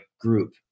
group